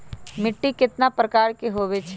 मिट्टी कतना प्रकार के होवैछे?